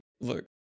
Look